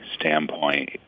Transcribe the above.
standpoint